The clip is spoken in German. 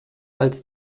als